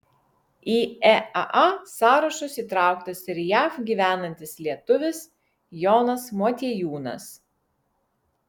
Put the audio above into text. į eaa sąrašus įtrauktas ir jav gyvenantis lietuvis jonas motiejūnas